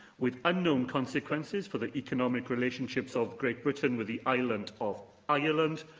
with unknown consequences for the economic relationships of great britain with the island of ireland,